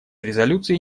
резолюции